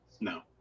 No